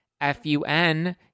F-U-N